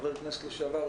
חבר הכנסת לשעבר,